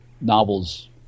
novels